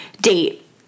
date